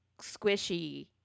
squishy